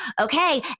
okay